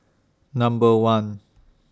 Number one